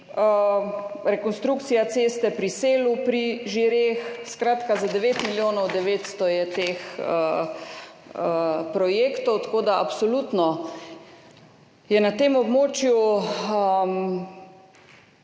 rekonstrukcija ceste pri Selu pri Žireh. Skratka, za 9 milijonov 900 tisoč je teh projektov, tako da je absolutno prav, da je na tem območju